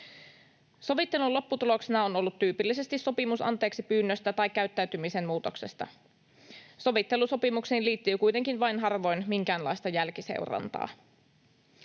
Sovittelun lopputuloksena on ollut tyypillisesti sopimus anteeksipyynnöstä tai käyttäytymisen muutoksesta. Sovittelusopimukseen liittyy kuitenkin vain harvoin minkäänlaista jälkiseurantaa.